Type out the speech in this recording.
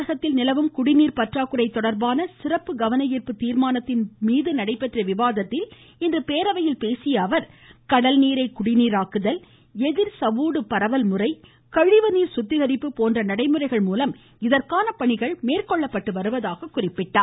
தமிழகத்தில் நிலவும் குடிநீர் பற்றாக்குறை தொடர்பான சிறப்பு கவன ஈர்ப்பு தீர்மானத்தின் மீது நடைபெற்ற விவாதத்தில் பேசிய அவர் கடல் நீரை குடிநீராக்குதல் எதிர்சவ்வூடு பரவல் முறை கழிவுநீர் சுத்திகரிப்பு போன்ற நடைமுறைகள் மூலம் இதற்கான பணிகள் மேற்கொள்ளப்படுவதாக தெரிவித்தார்